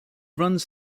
runs